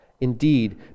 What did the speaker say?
Indeed